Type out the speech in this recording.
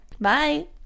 bye